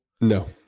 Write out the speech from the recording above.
No